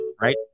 Right